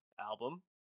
album